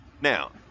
Now